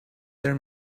their